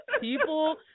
People